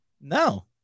no